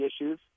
issues